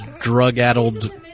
drug-addled